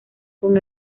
con